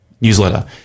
newsletter